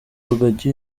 rugagi